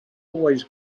always